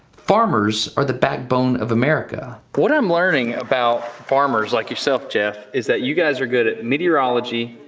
farmers are the backbone of america. what i'm learning about farmers, like yourself jeff, is that you guys are good at meteorology,